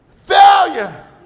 failure